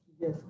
Yes